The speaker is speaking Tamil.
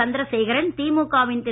சந்திரசேகரன் திமுக வின் திரு